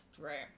Right